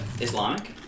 Islamic